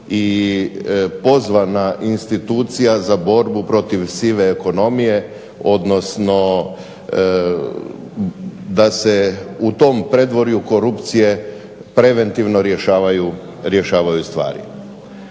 i pozvana institucija za borbu proti sive ekonomije odnosno da se u tom predvorju korupcije preventivno rješavaju stvari.